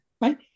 right